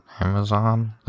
Amazon